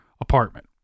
apartment